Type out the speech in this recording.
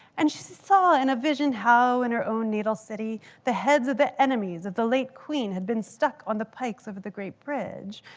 and she saw in a vision, how in her own native city, the heads of the enemies of the late queen had been stuck on the pikes of of the great bridge,